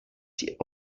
die